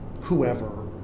whoever